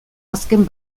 azken